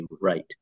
right